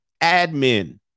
admin